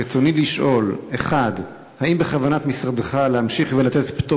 רצוני לשאול: 1. האם בכוונת משרדך להמשיך לתת פטור